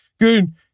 good